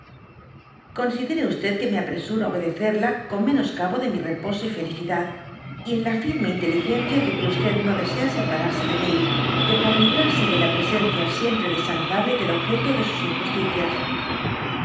ccmsidere que me apresuro á obedecerla con menoscabo de mi reposo y felicidad y en la firme inteligencia de que no desea separarse de mi que por librarse de la presencia siempre desagradable del objeto de sus injusticias